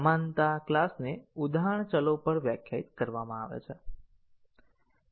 સમાનતા ક્લાસને ઉદાહરણ ચલો પર વ્યાખ્યાયિત કરવામાં આવે છે